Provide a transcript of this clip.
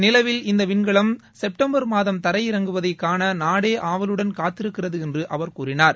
நிலவில் இந்த விண்கலம் செப்டம்பர் மாதம் தரையிறங்குவதை காண நாடே ஆவலுடன் காத்திருக்கிறது என்று அவர் கூறினார்